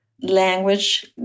Language